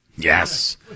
Yes